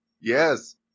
Yes